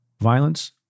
violence